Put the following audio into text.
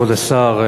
כבוד השר,